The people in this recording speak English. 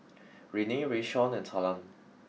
Renae Rayshawn and Talan